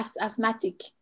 Asthmatic